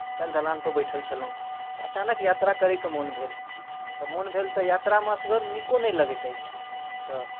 काल्हि दलानपर बैठल छलहुँ तऽ अचानक यात्रा करयके मोन भेल तऽ मोन भेल तऽ यात्रामे असगर नीको नहि लगैत अछि तऽ